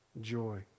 joy